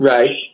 Right